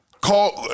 call